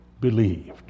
believed